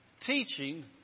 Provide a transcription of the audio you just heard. Teaching